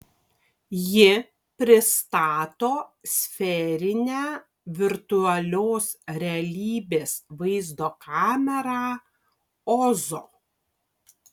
ji pristato sferinę virtualios realybės vaizdo kamerą ozo